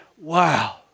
Wow